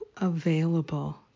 available